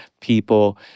people